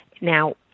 Now